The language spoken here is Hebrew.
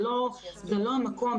זה לא המקום,